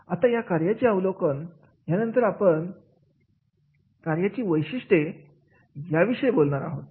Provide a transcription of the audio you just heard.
आता या कार्याचे अवलोकन यानंतर आपण पण कार्याची वैशिष्ट्ये याविषयी बोलणार आहोत